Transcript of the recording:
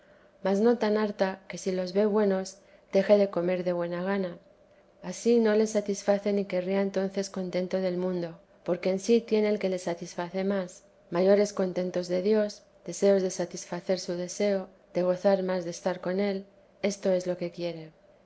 mas no tan harta que si los ve buenos deje de comer de buena gana ansí no le satisface ni querría entonces contento del mundo porque en si tiene el que le satisface más mayores contentos de dios deseos de satisfacer su deseo de gozar más de estar con él esto es lo que quiere